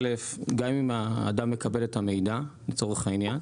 א', גם אם האדם מקבל את המידע, לצורך העניין,